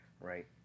right